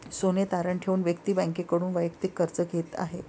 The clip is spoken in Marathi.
सोने तारण ठेवून व्यक्ती बँकेकडून वैयक्तिक कर्ज घेत आहे